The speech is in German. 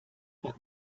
bei